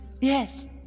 Yes